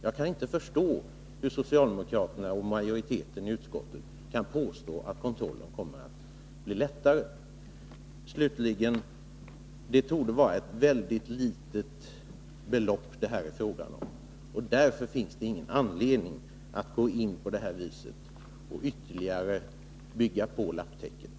Jag kan inte förstå hur socialdemokraterna och majoriteten i utskottet kan påstå att kontrollen kommer att bli lättare. Slutligen: Det torde vara ett mycket litet belopp det här är fråga om. Därför finns det ingen anledning att nu ytterligare bygga på skattelapptäcket.